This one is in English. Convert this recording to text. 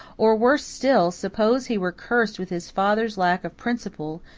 or, worse still, suppose he were cursed with his father's lack of principle,